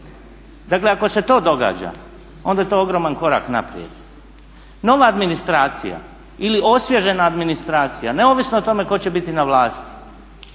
Dakle ako se to događa onda je to ogroman korak naprijed. Nova administracija ili osvježena administracija, neovisno o tome tko će biti na vlasti,